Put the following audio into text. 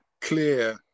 clear